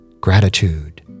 Gratitude